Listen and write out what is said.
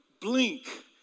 Blink